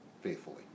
faithfully